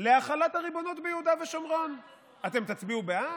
להחלת הריבונות ביהודה ושומרון, אתם תצביעו בעד?